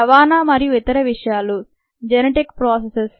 రవాణా మరియు ఇతర విషయాలు జనెటిక్ ప్రాసెసెస్